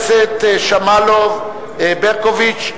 הכנסת שמאלוב-ברקוביץ,